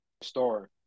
store